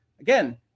Again